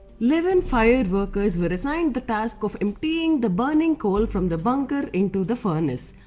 eleven fire workers were assigned the task of emptying the burning coal from the bunker into the furnace.